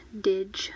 DIG